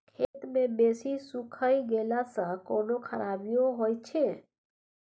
खेत मे बेसी सुइख गेला सॅ कोनो खराबीयो होयत अछि?